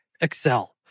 Excel